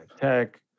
Tech